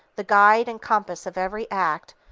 the guide and compass of every act,